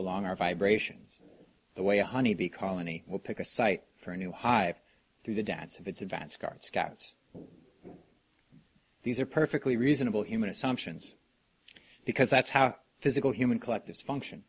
along our vibrations the way honey bee colony will pick a site for a new hive through the dads of its advance guard scouts these are perfectly reasonable human assumptions because that's how physical human collectives function